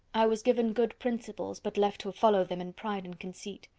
i was given good principles, but left to follow them in pride and conceit.